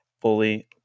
fully